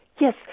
Yes